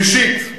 שלישית,